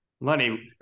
Lenny